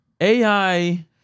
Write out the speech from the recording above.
AI